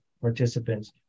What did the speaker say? participants